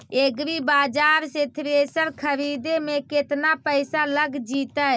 एग्रिबाजार से थ्रेसर खरिदे में केतना पैसा लग जितै?